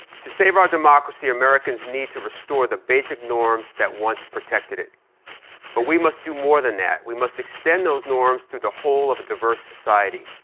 to save our democracy, americans need to restore the basic norms that once protected it but we must do more than that. we must extend those norms through the whole of a diverse society.